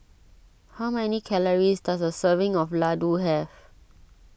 how many calories does a serving of Ladoo have